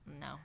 no